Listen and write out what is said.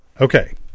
okay